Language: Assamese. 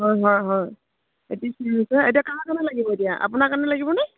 হয় হয় হয় এইট্টি থ্ৰী হৈছে এতিয়া কাৰ কাৰণে লাগিব এতিয়া আপোনাৰ কাৰণে লাগিবনে